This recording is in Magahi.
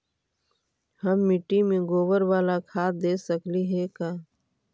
हम मिट्टी में गोबर बाला खाद दे सकली हे का?